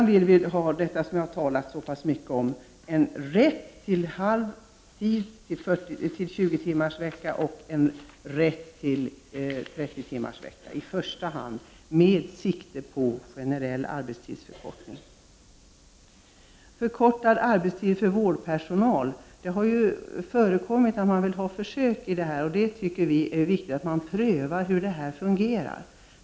Som jag tidigare har talat så mycket om vill vi ha en rätt till 20-timmarsvecka och en rätt till 30-timmarsvecka i första hand med sikte på en generell arbetsförkortning. Det har förekommit att man har gjort försök med förkortad arbetstid för vårdpersonal. Det är viktigt att man prövar hur detta fungerar.